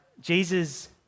Jesus